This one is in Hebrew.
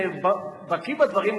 שבקי בדברים,